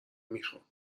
میخوام